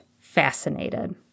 fascinated